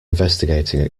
investigating